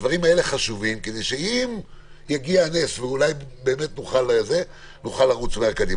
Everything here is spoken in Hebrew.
הדברים האלו חשובים כדי שנוכל לרוץ מהר קדימה.